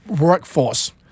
workforce